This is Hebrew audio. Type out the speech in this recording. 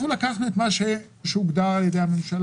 לקחנו את מה שהוגדר על ידי הממשלה.